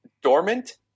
dormant